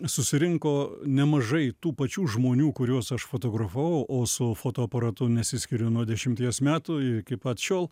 susirinko nemažai tų pačių žmonių kuriuos aš fotografavau o su fotoaparatu nesiskiriu nuo dešimties metų iki pat šiol